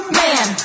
man